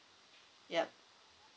yup